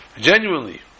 Genuinely